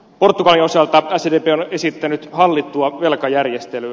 portugalin osalta sdp on esittänyt hallittua velkajärjestelyä